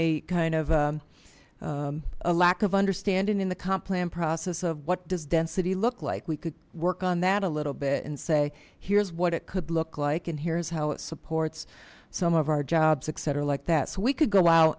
a kind of a lack of understanding in the comp plan process of what does density look like we could work on that a little bit and say here's what it could look like and here's how it supports some of our jobs etc like that so we could go out